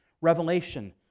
Revelation